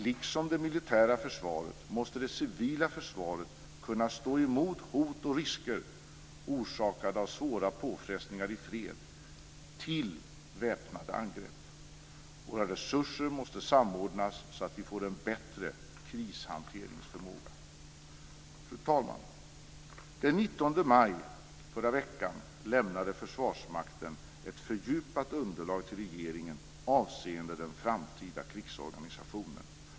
Liksom det militära försvaret måste det civila försvaret kunna stå emot hot och risker orsakade av allt från svåra påfrestningar i fred till väpnade angrepp. Våra resurser måste samordnas så att vi får en bättre krishanteringsförmåga. Fru talman! Den 19 maj, förra veckan, lämnade Försvarsmakten ett fördjupat underlag till regeringen avseende den framtida krigsorganisationen.